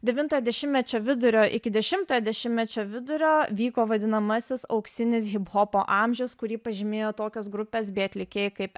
devintojo dešimtmečio vidurio iki dešimtojo dešimtmečio vidurio vyko vadinamasis auksinis hiphopo amžius kurį pažymėjo tokios grupės bei atlikėjai kaip